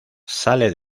sale